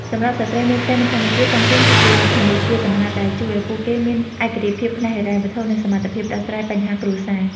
សម្រាប់ស្រ្តីមេផ្ទះនៅកម្ពុជា តុងទីនគឺជា "ធនាគារសម្ងាត់" ដែលជួយឱ្យពួកគេមានឯករាជ្យភាពផ្នែកហិរញ្ញវត្ថុ និងសមត្ថភាពដោះស្រាយបញ្ហាគ្រួសារ។